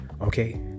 okay